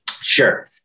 Sure